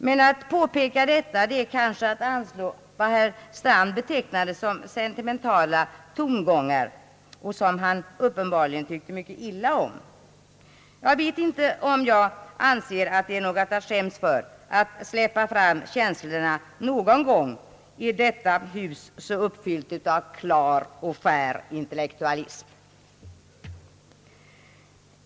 Men att påpeka detta är kanske att anslå vad herr Strand betecknade som sentimentala tongångar, som han uppenbarligen tyckte mycket illa om. Jag anser inte att det är något att skämmas för att släppa fram känslorna någon gång i detta hus, så uppfyllt av klar och skär intellektualism.